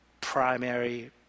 primary